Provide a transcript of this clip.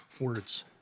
words